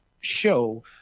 show